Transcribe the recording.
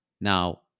Now